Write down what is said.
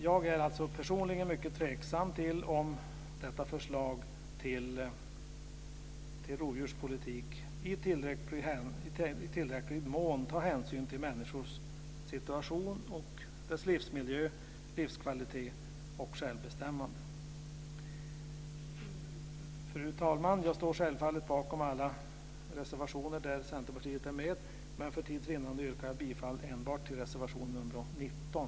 Jag är alltså personligen mycket tveksam till att detta förslag till rovdjurspolitik i tillräcklig mån tar hänsyn till människors situation, deras livsmiljö, livskvalitet och självbestämmande. Fru talman! Jag står självfallet bakom alla reservationer där Centerpartiet är med, men för tids vinnande yrkar jag bifall enbart till reservation nr 19.